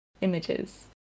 images